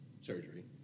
surgery